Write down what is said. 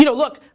you know look,